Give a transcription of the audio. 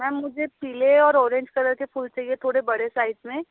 ma'am मुझे पीले और औरेंज कलर के फूल चाहिए थोड़े बड़े साइज में